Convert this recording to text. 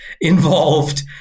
involved